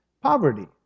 Poverty